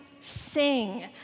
sing